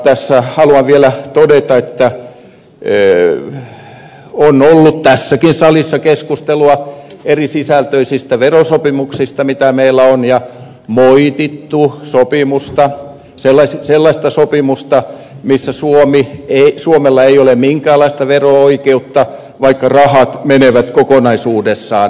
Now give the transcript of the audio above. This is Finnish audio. haluan vielä todeta että on ollut tässäkin salissa keskustelua erisisältöisistä verosopimuksista mitä meillä on ja on moitittu sellaista sopimusta missä suomella ei ole minkäänlaista vero oikeutta vaikka rahat menevät kokonaisuudessaan suomesta